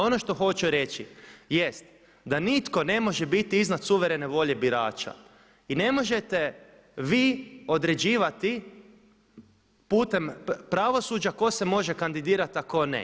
Ono što hoću reći jest da nitko ne može biti iznad suverene volje birača i ne možete vi određivati putem pravosuđa tko se može kandidirati a tko ne.